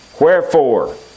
Wherefore